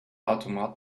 automat